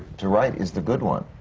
to write is the good one,